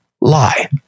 lie